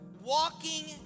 walking